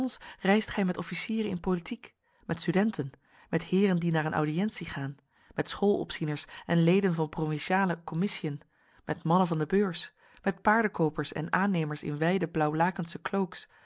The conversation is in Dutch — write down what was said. reist gij met officieren in politiek met studenten met heeren die naar een audiëntie gaan met schoolopzieners en leden van provinciale commissiën met mannen van de beurs met paardekoopers en aannemers in wijde blauwlakensche cloaks